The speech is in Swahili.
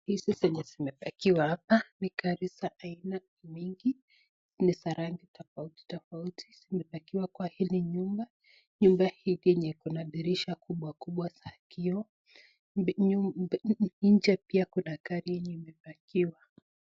Hizi zenye zimepakiwa hapa ni gari za aina mingi, ni za rangi tofautitofauti zimepakiwa kwa hili nyumba, nyumba hii yenye iko na dirisha kubwa kubwa za kioo, nje pia kuna gari yenye imepakiwa.